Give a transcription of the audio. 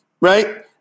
Right